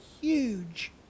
huge